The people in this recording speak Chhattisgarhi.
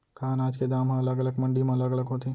का अनाज के दाम हा अलग अलग मंडी म अलग अलग होथे?